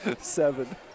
Seven